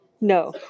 No